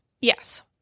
Yes